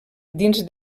dins